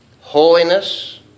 Holiness